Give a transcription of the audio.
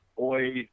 oi